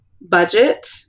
budget